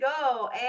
go